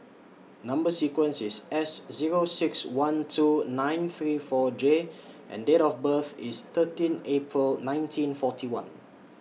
Number sequence IS S Zero six one two nine three four J and Date of birth IS thirteen April nineteen forty one